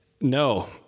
no